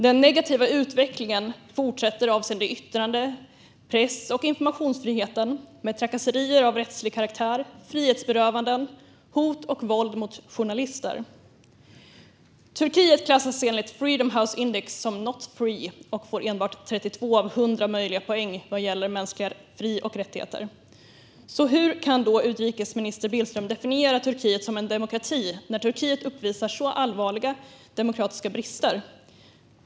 Den negativa utvecklingen fortsätter avseende yttrande, press och informationsfriheten med trakasserier av rättslig karaktär, frihetsberövanden samt hot och våld mot journalister. Turkiet klassas enligt Freedom House Index som not free och får enbart 32 av 100 möjliga poäng vad gäller mänskliga fri och rättigheter. Hur kan då utrikesminister Billström definiera Turkiet som en demokrati när Turkiet uppvisar så allvarliga demokratiska brister?